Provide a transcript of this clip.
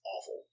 awful